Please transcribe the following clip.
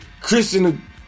Christian